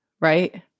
right